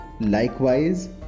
Likewise